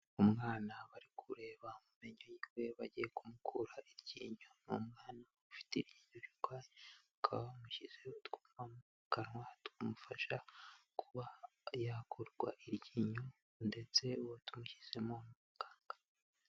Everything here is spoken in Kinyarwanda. Umwana bari kureba mu menyo yiwe, bagiye kumukura iryinyo, ni umwana ufite iryinyo rirwaye, bakaba bamushyizeho utwuma mu kanwa, tumufasha kuba yakurwa iryinyo ndetse uwatumushyizemo ni muganga.